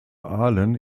aalen